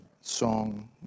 song